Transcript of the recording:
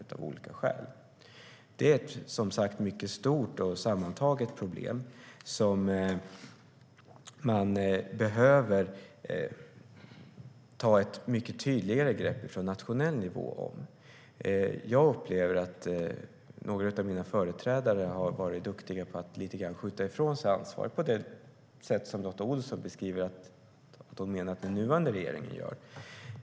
Det är som sagt ett mycket stort och sammansatt problem som man behöver ta ett mycket tydligare grepp om på nationell nivå. Jag upplever att några av mina företrädare har varit duktiga på att lite grann skjuta ifrån sig ansvaret på det sätt som Lotta Olsson menar att den nuvarande regeringen gör.